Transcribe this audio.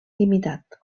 limitat